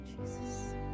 Jesus